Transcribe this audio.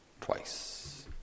twice